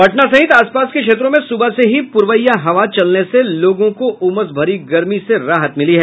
पटना सहित आसपास के क्षेत्रों में सुबह से ही पुरबैया हवा चलने से लोगों को उमस भरी गर्मी से राहत मिली है